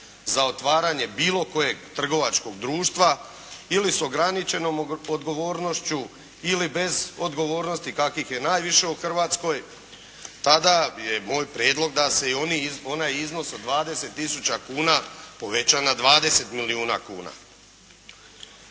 za otvaranje bilo kojeg trgovačkog društva ili sa ograničenom odgovornošću ili bez odgovornosti kakvih je najviše u hrvatskoj tada je moj prijedlog da se i onaj iznos od 20000 kn poveća na 20 milijuna kn.